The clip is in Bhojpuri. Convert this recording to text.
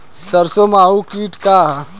सरसो माहु किट का ह?